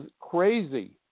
crazy